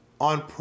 on